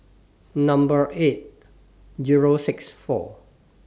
Number eight Zero six four